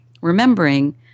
remembering